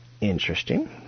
interesting